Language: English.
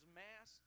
mass